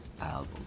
album